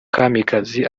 kamikazi